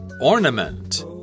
Ornament